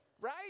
right